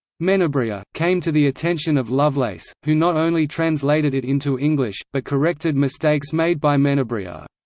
menabrea, came to the attention of lovelace, who not only translated it into english, but corrected mistakes made by menabrea.